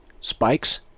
Spikes